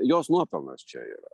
jos nuopelnas čia yra